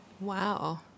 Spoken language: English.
Wow